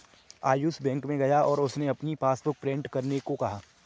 Ayush bank में गया और उससे अपनी पासबुक प्रिंट करने को कहा